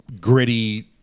gritty